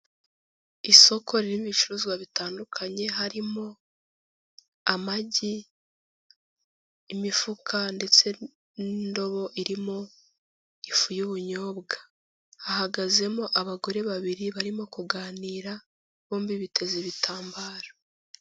Isoko ririmo ibicuruzwa bitandukanye harimo amagi, imifuka ndetse n'indobo irimo ifu y'ubunyobwa, hahagazemo abagore babiri barimo kuganira bombi biteze ibitambaro.